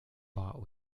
bought